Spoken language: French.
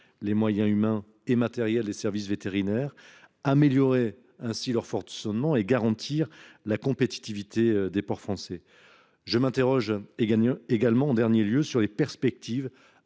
les moyens humains et matériels des services vétérinaires, améliorer leur fonctionnement et ainsi garantir la compétitivité des ports français. Je m’interroge également sur les perspectives